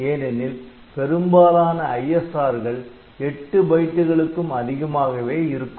ஏனெனில் பெரும்பாலான ISR கள் 8 பைட்டுகளுக்கும் அதிகமாகவே இருக்கும்